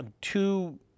two